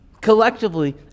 collectively